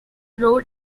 road